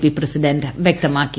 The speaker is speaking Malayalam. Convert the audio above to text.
പി പ്രസിഡന്റ് വ്യക്തമാക്കി